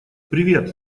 привет